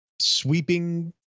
sweeping